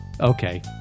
Okay